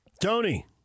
Tony